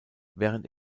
während